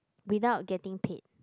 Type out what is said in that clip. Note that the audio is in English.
without getting paid